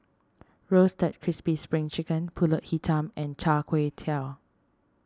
Roasted Crispy Spring Chicken Pulut Hitam and Char Kway Teow